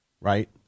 Right